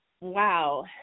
Wow